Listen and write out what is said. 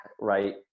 right